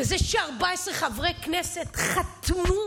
וזה ש-14 חברי כנסת חתמו